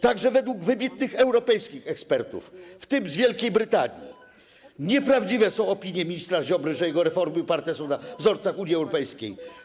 Także według wybitnych europejskich ekspertów, w tym z Wielkiej Brytanii, nieprawdziwe są opinie ministra Ziobry, że jego reformy oparte są na wzorcach Unii Europejskiej.